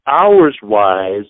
hours-wise